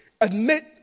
Admit